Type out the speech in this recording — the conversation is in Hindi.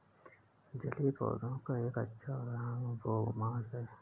जलीय पौधों का एक अच्छा उदाहरण बोगमास है